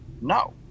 no